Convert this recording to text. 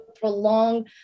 prolong